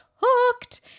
hooked